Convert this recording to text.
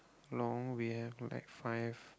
long we have like five